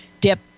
dip